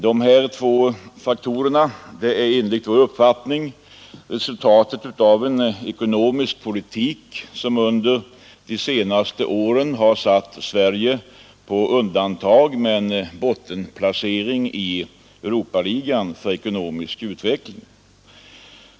Dessa två faktorer är enligt vår uppfattning resultatet av en ekonomisk politik som under de senaste åren har satt Sverige på undantag med en bottenplacering i Europaligan för ekonomisk utveckling.